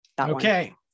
okay